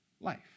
life